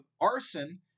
arson